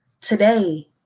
Today